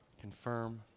confirm